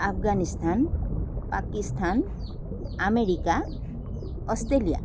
Afghanistan Pakistan America Australia